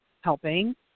helping